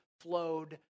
flowed